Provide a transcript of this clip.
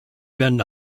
been